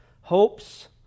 hopes